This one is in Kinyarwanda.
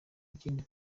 ikindi